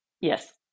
Yes